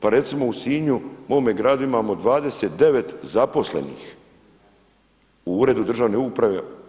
Pa recimo, u Sinju mome gradu imamo 29 zaposlenih u Uredu državne uprave.